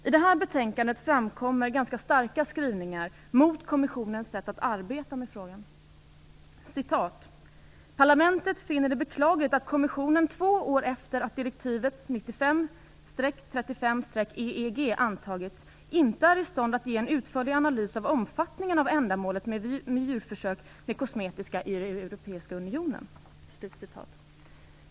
I betänkandet framkommer ganska starka skrivningar mot kommissionens sätt att arbeta med frågan: "Parlamentet finner det beklagligt att kommissionen två år efter att direktivet 93 EEG antagits inte är i stånd att ge en utförlig analys av omfattningen av och ändamålen med djurförsök med kosmetika i Europeiska unionen."